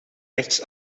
rechts